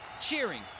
cheering